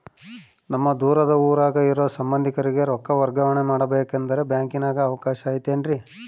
ನಮ್ಮ ದೂರದ ಊರಾಗ ಇರೋ ಸಂಬಂಧಿಕರಿಗೆ ರೊಕ್ಕ ವರ್ಗಾವಣೆ ಮಾಡಬೇಕೆಂದರೆ ಬ್ಯಾಂಕಿನಾಗೆ ಅವಕಾಶ ಐತೇನ್ರಿ?